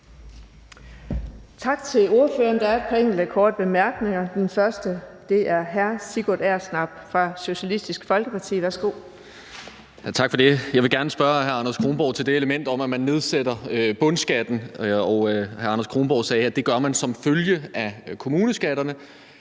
Tak til ordføreren. Der er et par korte bemærkninger. Den første, der får ordet, er hr. Sigurd Agersnap fra Socialistisk Folkeparti. Værsgo. Kl. 16:26 Sigurd Agersnap (SF): Tak for det. Jeg vil gerne spørge hr. Anders Kronborg til det element om, at man nedsætter bundskatten. Hr. Anders Kronborg sagde, at det gør man som følge af kommuneskatterne